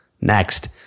next